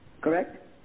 correct